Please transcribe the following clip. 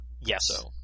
Yes